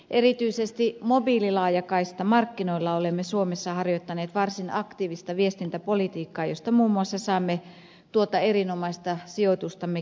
erityisesti mobiililaajakaistamarkkinoilla olemme suomessa harjoittaneet varsin aktiivista viestintäpolitiikkaa mistä muun muassa saamme tuota erinomaista sijoitustamme kiittää